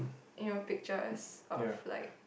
you know pictures of like